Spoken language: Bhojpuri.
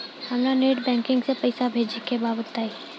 हमरा नेट बैंकिंग से पईसा भेजे के बा बताई?